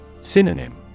Synonym